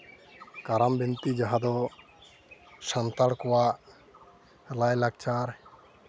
ᱠᱟᱨᱟᱢ ᱵᱤᱱᱛᱤ ᱡᱟᱦᱟᱸ ᱫᱚ ᱥᱟᱱᱛᱟᱲ ᱠᱚᱣᱟᱜ ᱞᱟᱭᱼᱞᱟᱠᱪᱟᱨ